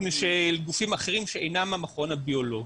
של גופים אחרים שאינם המכון הביולוגי.